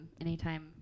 anytime